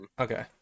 Okay